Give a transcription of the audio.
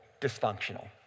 dysfunctional